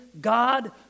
God